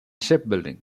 shipbuilding